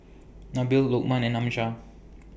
Nabil Lokman and Amsyar